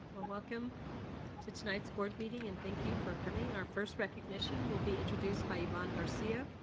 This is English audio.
welcome to tonight's board meeting and thank you for coming. our first recognition will be introduced by yvonne garcia,